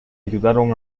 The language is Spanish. ayudaron